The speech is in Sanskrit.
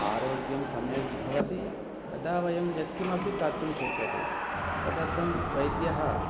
आरोग्यं सम्यग् भवति तदा वयं यत्किमपि कर्तुं शक्यते तदर्थं वैद्यः